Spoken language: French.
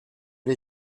les